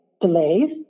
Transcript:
Delays